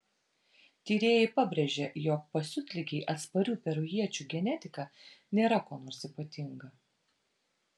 tyrėjai pabrėžia jog pasiutligei atsparių perujiečių genetika nėra kuo nors ypatinga